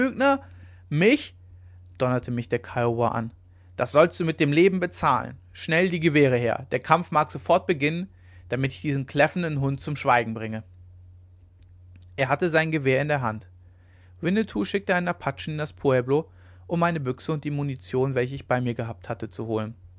mich donnerte mich der kiowa an das sollst du mit dem leben bezahlen schnell die gewehre her der kampf mag sofort beginnen damit ich diesen kläffenden hund zum schweigen bringe er hatte sein gewehr in der hand winnetou schickte einen apachen in das pueblo um meine büchse und die munition welche ich bei mir gehabt hatte zu holen